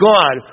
God